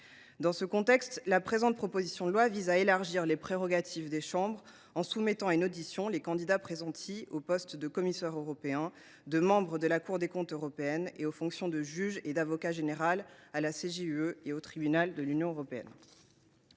Dans ce contexte, la présente proposition de loi vise à élargir les prérogatives des chambres en soumettant à une audition les candidats pressentis aux postes de commissaire européen, de membre de la Cour des comptes européenne et aux fonctions de juge et d’avocat général à la Cour de justice de l’Union européenne